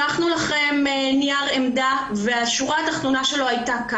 שלחנו לכם נייר עמדה, והשורה התחתונה שלו הייתה: